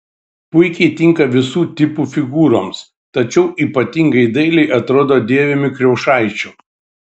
puikiai tinka visų tipų figūroms tačiau ypatingai dailiai atrodo dėvimi kriaušaičių